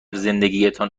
زندگیتان